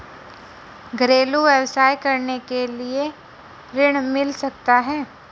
घरेलू व्यवसाय करने के लिए ऋण मिल सकता है?